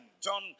John